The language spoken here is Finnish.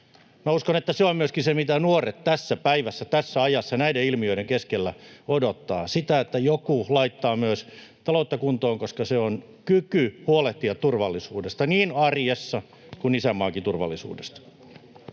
uskon, että se on myöskin se, mitä nuoret tässä päivässä, tässä ajassa, näiden ilmiöiden keskellä odottavat: sitä, että joku laittaa myös taloutta kuntoon, koska se on kyky huolehtia niin turvallisuudesta arjessa kuin isänmaankin turvallisuudesta.